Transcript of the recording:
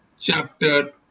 Chapter